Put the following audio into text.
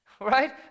Right